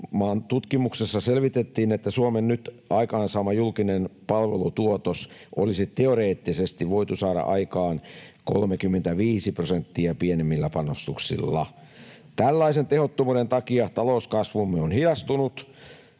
tutkimuksessa selvitettiin, että Suomen nyt aikaansaama julkinen palvelutuotos olisi teoreettisesti voitu saada aikaan 35 prosenttia pienemmillä panostuksilla. Tällaisen tehottomuuden takia talouskasvumme on hidastunut